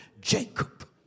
Jacob